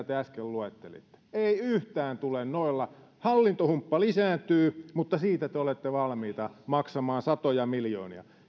te äsken luettelitte ei yhtään tule noilla hallintohumppa lisääntyy mutta siitä te te olette valmiita maksamaan satoja miljoonia